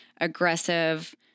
aggressive